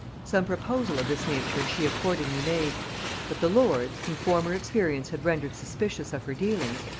some proposal of this nature she accordingly made but the lords, whom former experience had rendered suspicious of her dealings,